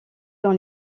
dans